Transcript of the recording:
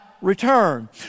return